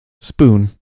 spoon